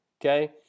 okay